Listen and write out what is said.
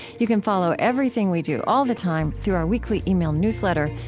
you can follow everything we do all the time through our weekly email newsletter.